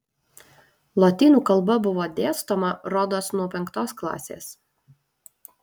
lotynų kalba buvo dėstoma rodos nuo penktos klasės